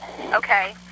Okay